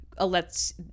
lets